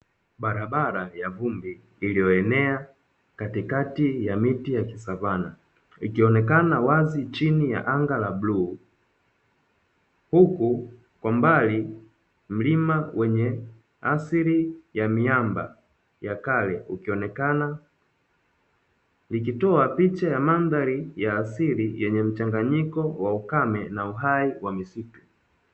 Barabara ya vumbi iliyoenea katikati ya miti ya kisavana, ikionekana wazi chini ya anga la bluu, huku kwa mbali mlima wenye asili ya miamba ya kale ukionekana nikitoa picha ya mandhari ya asili yenye mchanganyiko wa ukame na uhai wa misitu.